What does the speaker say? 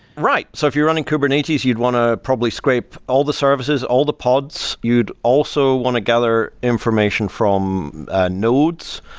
right. so if you're running kubernetes, you'd want to probably scrape all the services, all the pods. you'd also want to gather information from noes,